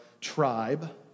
tribe